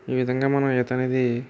ఈ విధంగా మనం ఈత అనేది